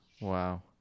Wow